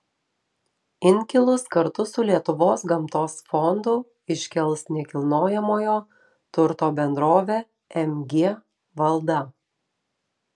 inkilus kartu su lietuvos gamtos fondu iškels nekilnojamojo turto bendrovė mg valda